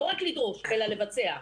לא רק לדרוש אלא לבצע.